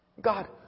God